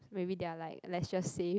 maybe they are like let's just say